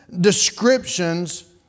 descriptions